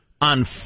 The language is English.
on